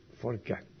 forget